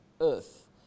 earth